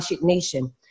nation